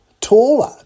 taller